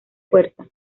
fuerza